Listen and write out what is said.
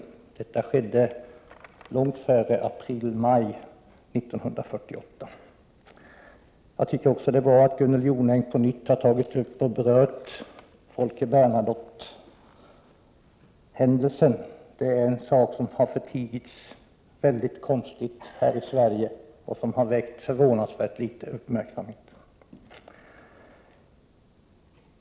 Detta skedde långt före maj 1948. Det är bra att Gunnel Jonäng på nytt har tagit upp och berört händelsen med Folke Bernadotte. Det är en sak som har förtigits på ett mycket konstigt sätt här i Sverige. Det hela har också väckt förvånansvärt liten uppmärksamhet.